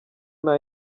nta